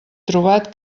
trobat